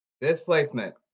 Displacement